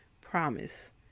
promise